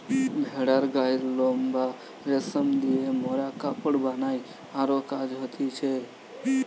ভেড়ার গায়ের লোম বা রেশম দিয়ে মোরা কাপড় বানাই আরো কাজ হতিছে